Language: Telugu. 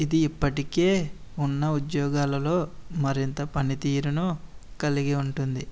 ఇది ఇప్పటికే ఉన్న ఉద్యోగాలలో మరింత పనితీరును కలిగి ఉంటుంది